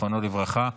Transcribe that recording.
זיכרונו לברכה,